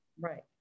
Right